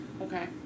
Okay